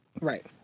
Right